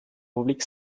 republik